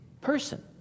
person